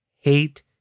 hate